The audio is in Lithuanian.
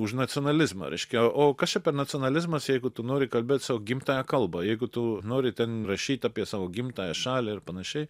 už nacionalizmą reiškia o kas čia per nacionalizmas jeigu tu nori kalbėt savo gimtąją kalbą jeigu tu nori ten rašyti apie savo gimtąją šalį ir panašiai